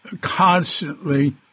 constantly